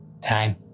Time